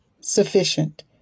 sufficient